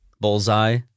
Bullseye